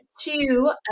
two